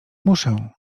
muszę